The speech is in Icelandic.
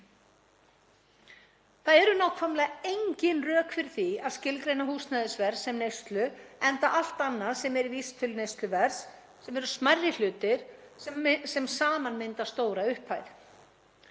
Það eru nákvæmlega engin rök fyrir því að skilgreina húsnæðisverð sem neyslu, enda allt annað sem er í vísitölu neysluverðs, sem eru smærri hlutir sem saman mynda stóra upphæð.